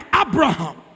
Abraham